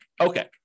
Okay